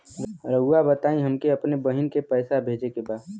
राउर बताई हमके अपने बहिन के पैसा भेजे के बा?